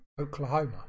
Oklahoma